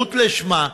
חזירות לשמה,